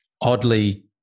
oddly-